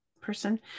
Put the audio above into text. person